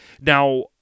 Now